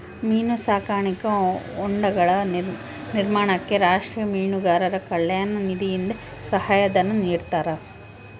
ಮೀನು ಸಾಕಾಣಿಕಾ ಹೊಂಡಗಳ ನಿರ್ಮಾಣಕ್ಕೆ ರಾಷ್ಟೀಯ ಮೀನುಗಾರರ ಕಲ್ಯಾಣ ನಿಧಿಯಿಂದ ಸಹಾಯ ಧನ ನಿಡ್ತಾರಾ?